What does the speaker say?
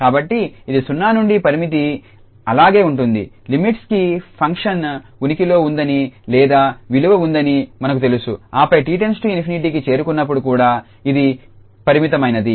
కాబట్టి ఇది 0 నుండి పరిమితి అలాగే ఉంటుంది లిమిట్స్ కి ఫంక్షన్ ఉనికిలో ఉందని లేదా విలువ ఉందని మనకు తెలుసు ఆపై 𝑡→ ∞కి చేరుకున్నప్పుడు కూడా ఇది పరిమితమైనది